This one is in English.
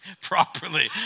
properly